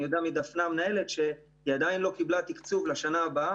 אני יודע מדפנה המנהלת שהיא עדיין לא קבלה תקצוב לשנה הבאה,